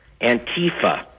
Antifa